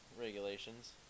regulations